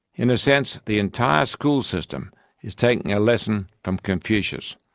in a sense, the entire school system is taking a lesson from confucius,